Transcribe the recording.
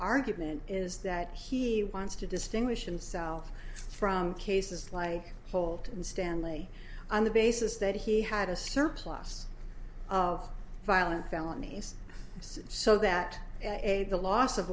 argument is that he wants to distinguish himself from cases like holt and stanley on the basis that he had a surplus of violent felonies so that the loss of